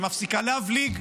והיא מפסיקה להבליג,